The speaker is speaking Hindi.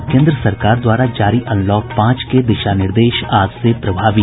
और केन्द्र सरकार द्वारा जारी अनलॉक पांच के दिशा निर्देश आज से प्रभावी